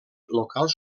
locals